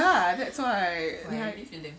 ya that's why like